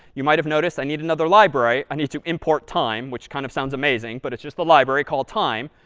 you might have noticed i need another library. i need to import time, which kind of sounds amazing, but it's just the library called time.